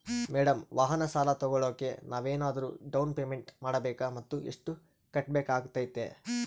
Madam ವಾಹನ ಸಾಲ ತೋಗೊಳೋಕೆ ನಾವೇನಾದರೂ ಡೌನ್ ಪೇಮೆಂಟ್ ಮಾಡಬೇಕಾ ಮತ್ತು ಎಷ್ಟು ಕಟ್ಬೇಕಾಗ್ತೈತೆ?